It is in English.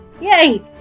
Yay